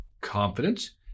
confidence